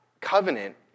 Covenant